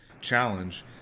challenge